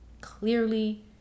clearly